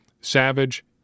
Savage